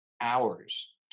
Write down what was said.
hours